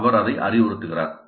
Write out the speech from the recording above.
அவர் அதை அறிவுறுத்துகிறார்